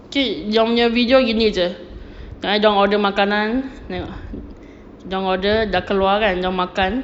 okay dia orang punya video gini jer tengok dia orang order makanan tengok dia orang order dah keluar kan dia orang makan